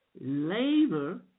labor